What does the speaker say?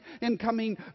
incoming